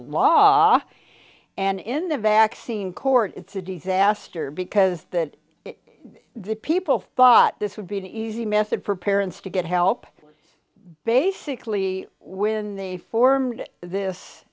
law and in the vaccine court it's a disaster because that the people thought this would be an easy method for parents to get help basically when they formed this